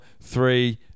three